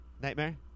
nightmare